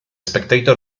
spectator